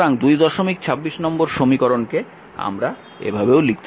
সুতরাং 226 নম্বর সমীকরণকে আমরা এভাবেও লিখতে পারি